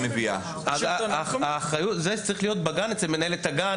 זה צריך להיות בגן אצל מנהלת הגן,